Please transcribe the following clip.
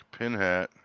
Pinhat